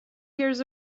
hears